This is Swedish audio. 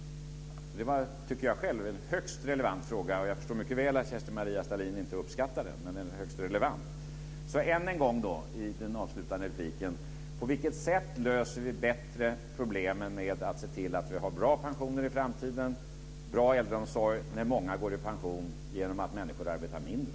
Det var, tycker jag själv, en högst relevant fråga. Jag förstår mycket väl att Kerstin Maria Stalin inte uppskattar den, men den är högst relevant. Så än en gång, i den avslutande repliken: På vilket sätt löser vi bättre problemet med att se till att ha bra pensioner i framtiden och bra äldreomsorg när många går i pension genom att människor arbetar mindre?